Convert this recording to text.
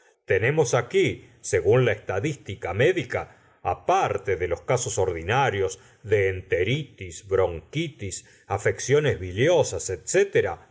tenemos aquí según la estadística médica á parte de los casos ordinarios de enteritis bronquitis afecciones